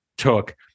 Took